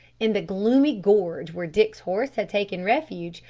in the gloomy gorge where dick's horse had taken refuge,